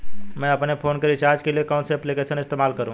मैं अपने फोन के रिचार्ज के लिए कौन सी एप्लिकेशन इस्तेमाल करूँ?